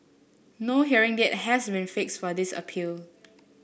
no hearing date has been fixed for this appeal